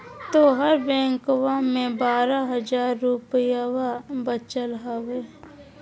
तोहर बैंकवा मे बारह हज़ार रूपयवा वचल हवब